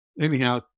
anyhow